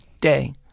day